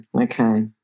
okay